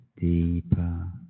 deeper